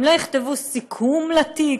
הם לא יכתבו סיכום לתיק?